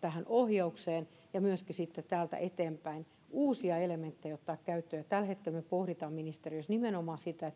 tähän ohjaukseen ja myöskin sitten täältä eteenpäin uusia elementtejä ottaa käyttöön tällä hetkellä me pohdimme ministeriössä nimenomaan sitä